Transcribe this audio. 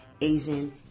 Asian